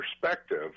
perspective